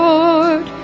Lord